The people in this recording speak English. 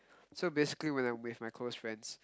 so basically when I'm with my close friends